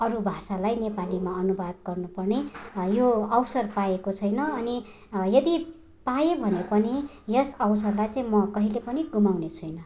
अरू भाषालाई नेपालीमा अनुवाद गर्नु पर्ने यो अवसर पाएको छैन अनि यदि पाएँ भने पनि यस अवसरलाई चाहिँ म कहिल्यै पनि गुमाउने छैन